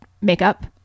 makeup